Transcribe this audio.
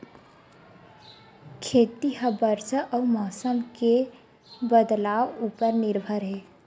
खेती हा बरसा अउ मौसम के बदलाव उपर निर्भर हे